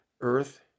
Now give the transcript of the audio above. earth